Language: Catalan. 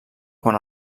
quan